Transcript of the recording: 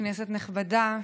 כנסת נכבדה,